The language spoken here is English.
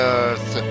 earth